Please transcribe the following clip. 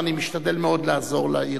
ואני משתדל מאוד לעזור לעיר.